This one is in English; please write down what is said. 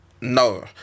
no